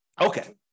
Okay